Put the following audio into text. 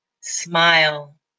Smile